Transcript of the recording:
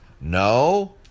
No